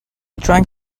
trying